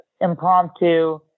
impromptu